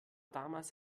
damals